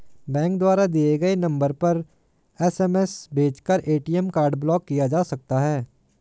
bank द्वारा दिए गए नंबर पर एस.एम.एस भेजकर ए.टी.एम कार्ड ब्लॉक किया जा सकता है